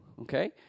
okay